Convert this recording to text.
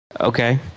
Okay